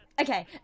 Okay